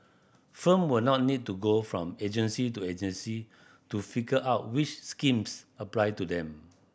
firm will not need to go from agency to agency to figure out which schemes apply to them